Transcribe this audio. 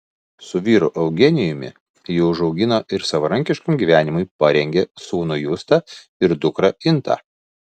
su vyru eugenijumi ji užaugino ir savarankiškam gyvenimui parengė sūnų justą ir dukrą intą